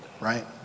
right